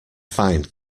fine